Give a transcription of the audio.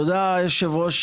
תודה היושב-ראש.